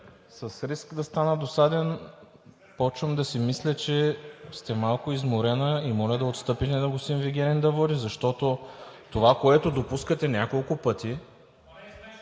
с риск да стана досаден, започвам да си мисля, че сте малко изморена и моля да отстъпите на господин Вигенин да води, защото това, което допускате няколко пъти